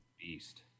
Beast